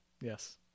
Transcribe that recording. Yes